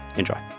enjoy